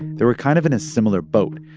they were kind of in a similar boat.